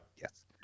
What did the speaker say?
Yes